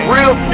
Real